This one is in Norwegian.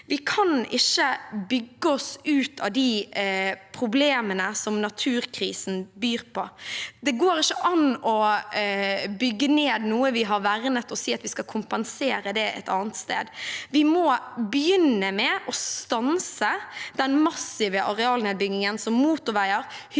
Vi kan ikke bygge oss ut av de problemene som naturkrisen byr på. Det går ikke an å bygge ned noe vi har vernet, og si at vi skal kompensere for det et annet sted. Vi må begynne med å stanse den massive arealnedbyggingen som motorveier,